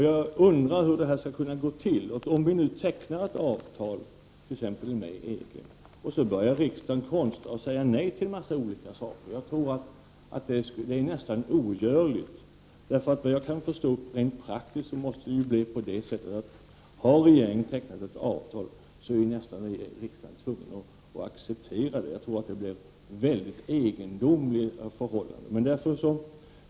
Jag undrar hur det hela skall gå till, om vi nu tecknar avtal t.ex. med EG och riksdagen sedan börjar säga nej till en mängd olika saker. Det tror jag blir ogörligt. Såvitt jag förstår kommer det rent praktiskt 51 att bli så att regeringen tecknar ett avtal som riksdagen är tvungen att acceptera. Jag tror att det blir väldigt egendomliga förhållanden.